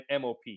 MOP